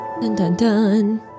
Dun-dun-dun